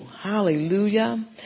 Hallelujah